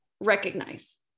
recognize